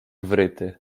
wryty